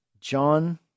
John